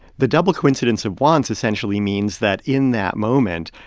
the double coincidence of wants essentially means that in that moment,